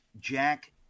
Jack